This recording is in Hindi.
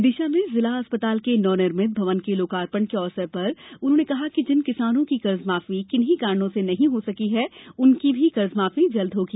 विदिशा में जिला चिकित्सालय के नवनिर्मित भवन के लोकार्पण के अवसर पर उन्होंने कहा कि जिन किसानों की कर्जमाफी किन्ही कारणों से नहीं हो सकी है उनकी भी कर्जमाफी जल्द होगी